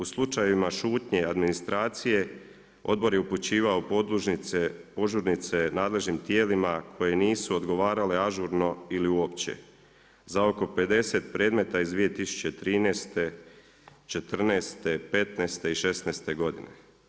U slučajima šutnje, administracije odbor je upućivao požurnice nadležnim tijelima koje nisu odgovarale ažurno ili uopće, za oko 50 predmeta iz 2013., 2014., 2015. i 2016. godine.